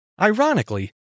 Ironically